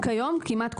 כיום כמעט כולם.